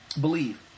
believe